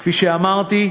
כפי שאמרתי,